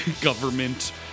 government